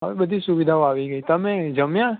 હવે બધી સુવિધાઓ આવી ગઈ તમે જમ્યા